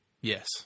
Yes